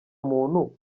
muntu